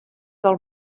del